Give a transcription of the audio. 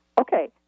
Okay